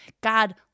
God